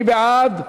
מי בעד?